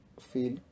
feel